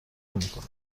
نمیکنه